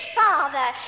father